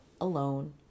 alone